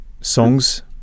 songs